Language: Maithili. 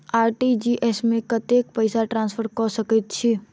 आर.टी.जी.एस मे कतेक पैसा ट्रान्सफर कऽ सकैत छी?